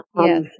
Yes